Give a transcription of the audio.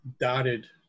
dotted